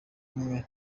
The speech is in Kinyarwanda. umwe